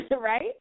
Right